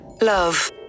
love